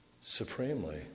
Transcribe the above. supremely